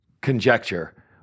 conjecture